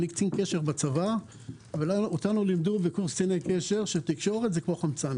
אני קצין קשר בצבא ואותנו לימדו בקורס קציני קשר שתקשורת זה כמו חמצן.